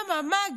אממה?